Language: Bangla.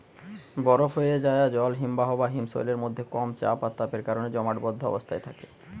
বরফ হোয়ে যায়া জল হিমবাহ বা হিমশৈলের মধ্যে কম চাপ আর তাপের কারণে জমাটবদ্ধ অবস্থায় থাকে